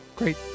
Great